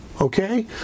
Okay